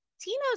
Tino's